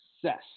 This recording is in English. success